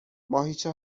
ماهیچه